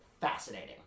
fascinating